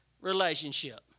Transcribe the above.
relationship